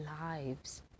lives